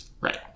Right